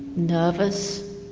nervous,